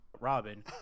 Robin